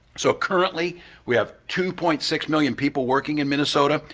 so currently we have two point six million people working in minnesota,